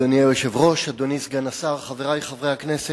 אדוני היושב-ראש, אדוני סגן השר, חברי חברי הכנסת,